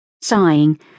Sighing